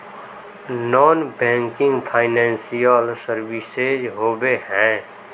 Non banking financial services होबे है?